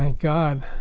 and god.